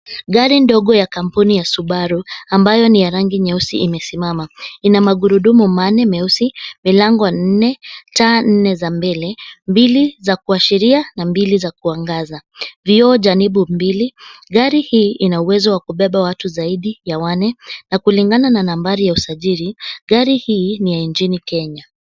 Gari ndogo ya kampuni ya Subaru ambayo ni ya rangi nyeusi imesimama. Ina magurudumu manne meusi, milango nne, taa nne za mbele, mbili za kuashiria na mbili za kuangaza, vioo janibu mbili. Gari hii ina uwezo wa kubeba watu zaidi ya wanne na kulingana na nambari ya usajili, gari hii ni ya nchini Kenya.